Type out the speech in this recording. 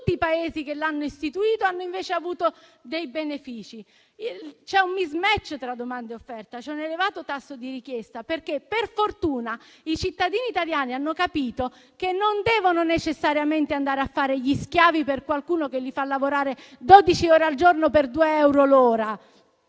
tutti i Paesi che l'hanno istituito hanno invece avuto dei benefici. C'è un *mismatch* tra domanda e offerta e c'è un elevato tasso di richiesta, perché per fortuna i cittadini italiani hanno capito che non devono necessariamente fare gli schiavi per qualcuno che li fa lavorare dodici ore al giorno per due euro l'ora.